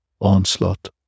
onslaught